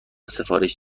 سفارش